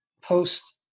post